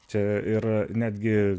čia ir netgi